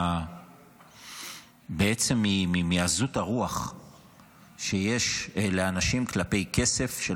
בעצם מעזות הרוח שיש לאנשים כלפי כסף של